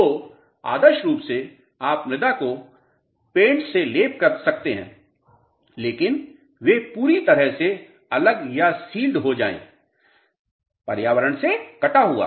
तो आदर्श रूप से आप मृदा को पेंट्स से लेप सकते हैं ताकि वें पूरी तरह से अलग या सील्ड हो जाये पर्यावरण से कटा हुआ